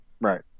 Right